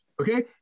okay